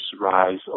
rise